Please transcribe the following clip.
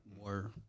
More